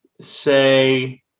say